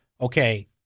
okay